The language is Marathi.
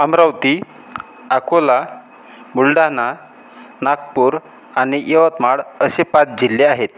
अमरावती अकोला बुलढाना नागपूर आणि यवतमाळ असे पाच जिल्हे आहेत